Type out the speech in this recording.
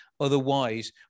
otherwise